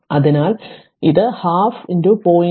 അതിനാൽ ഇത് പകുതി 0